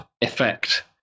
effect